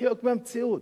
לחיות במציאות.